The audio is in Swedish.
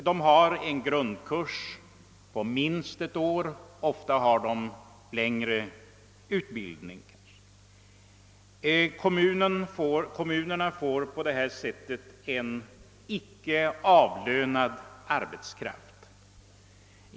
De har en grundkurs på minst ett år och har ofta även längre utbildning. Kommunerna får på detta sätt en icke avlönad arbetskraft.